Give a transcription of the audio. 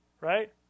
Right